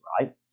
right